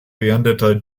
beendete